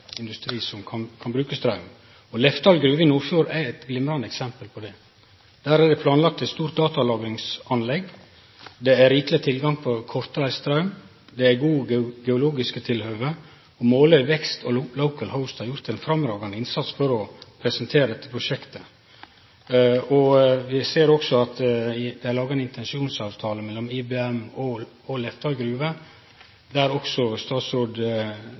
som kan bruke straum. Lefdal Gruve i Nordfjord er eit glimrande eksempel på det. Der er det planlagt eit stort datalagringsanlegg. Det er rikeleg tilgang på kortreist straum, det er gode geologiske tilhøve, og Måløy Vekst og LocalHost har gjort ein framifrå innsats for å presentere dette prosjektet. Vi ser også at det er laga ein intensjonsavtale mellom IBM og Lefdal Gruve, og statsråd Giske og statsråd